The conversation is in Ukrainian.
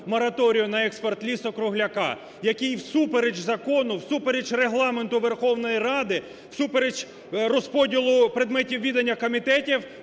мораторію на експорт лісу-кругляка, який всупереч закону, всупереч Регламенту Верховної Ради, всупереч розподілу предметів відання комітетів